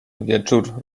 wieczór